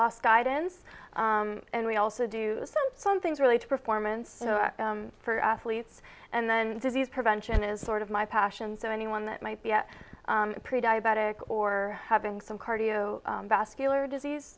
loss guidance and we also do some things really to performance for athletes and then disease prevention is sort of my passions and anyone that might be at pre diabetic or having some cardio vascular disease